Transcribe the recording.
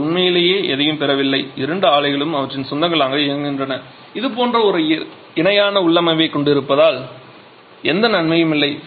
நாங்கள் உண்மையிலேயே எதையும் பெறவில்லை இரண்டு ஆலைகளும் அவற்றின் சொந்தமாக இயங்குகின்றன இது போன்ற ஒரு இணையான உள்ளமைவைக் கொண்டிருப்பதால் எந்த நன்மையும் இல்லை